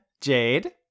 Jade